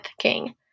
king